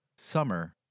Summer